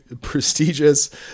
prestigious